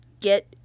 get